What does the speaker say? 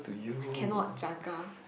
I cannot jaga